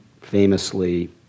famously